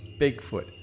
Bigfoot